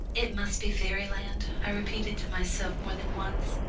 it must be fairyland, i repeated to myself more than once,